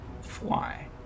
fly